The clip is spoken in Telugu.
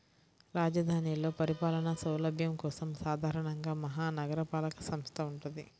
రాజధానిలో పరిపాలనా సౌలభ్యం కోసం సాధారణంగా మహా నగరపాలక సంస్థ వుంటది